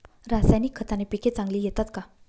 रासायनिक खताने पिके चांगली येतात का?